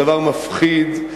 הדבר מפחיד,